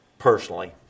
personally